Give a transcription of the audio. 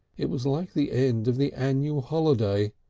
it was like the end of the annual holiday,